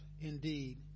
indeed